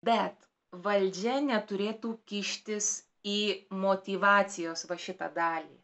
bet valdžia neturėtų kištis į motyvacijos va šitą dalį